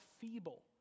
feeble